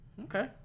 Okay